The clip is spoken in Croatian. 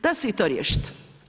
Da se i to riješiti.